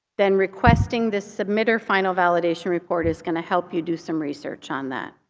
then requesting this submitter final validation report is going to help you do some research on that.